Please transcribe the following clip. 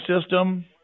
system